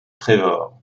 trevor